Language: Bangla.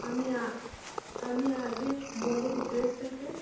আমি আ আমি আগে মনের ড্রেসটাকে